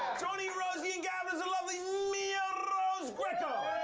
joining rosie and gavin is the lovely mia rose greco.